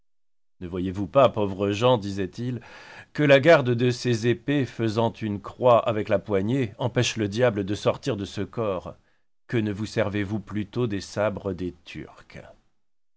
ne voyez-vous pas pauvres gens disait-il que la garde de ces épées faisant une croix avec la poignée empêche le diable de sortir de ce corps que ne vous servez-vous plutôt des sabres des turcs